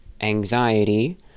anxiety